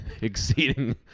Exceeding